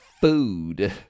food